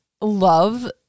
love